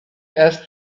erst